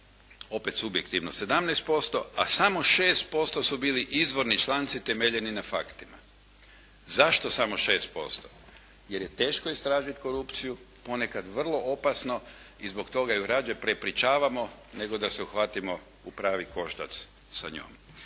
opet subjektivno 17%, a samo 6% su bili izvorni članci temeljeni na faktima. Zašto samo 6%? Jer je teško istražiti korupciju, ponekad vrlo opasno i zbog toga ju rađe prepričavamo nego da se uhvatimo u pravi koštac sa njom